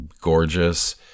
gorgeous